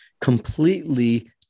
completely